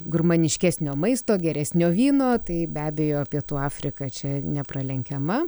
gurmaniškesnio maisto geresnio vyno tai be abejo pietų afrika čia nepralenkiama